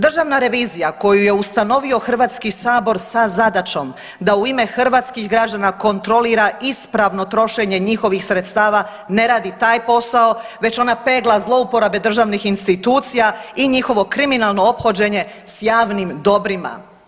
Državna revizija koju je ustanovio Hrvatski sabor sa zadaćom da u ime hrvatskih građana kontrolira ispravno trošenje njihovih sredstava, ne radi taj posao već ona pegla zlouporabe državnih institucija i njihovo kriminalno ophođenje s javnim dobrima.